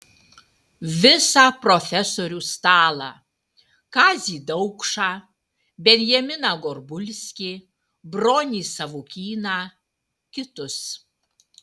visą profesorių stalą kazį daukšą benjaminą gorbulskį bronį savukyną kitus